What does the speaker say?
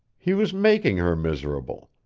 he was making her miserable.